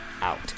out